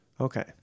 Okay